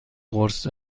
قرص